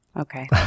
okay